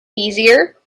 easier